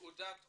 תעודת הוראה,